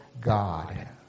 God